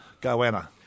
GoAnna